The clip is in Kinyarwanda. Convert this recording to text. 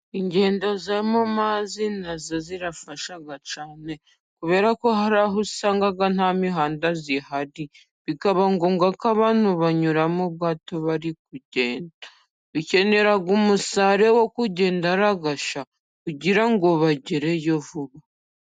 Ingendo zo mu mazi na zo zirafasha cyane, kubera ko hari aho usanga nta mihanda ihari, bikaba ngombwa ko abantu banyura mu bwato bari kigenda, bakenera umusare wo kugenda agasha kugira ngo bagereyo vuba.